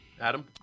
Adam